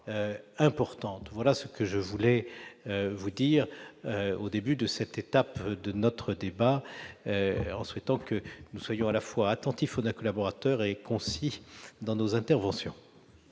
précisions que je souhaitais apporter au début de cette étape de notre débat, en espérant que nous serons à la fois attentifs à nos collaborateurs et concis dans nos interventions.